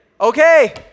okay